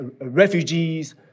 refugees